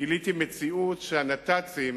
גיליתי מציאות, שהנת"צים